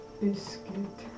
biscuit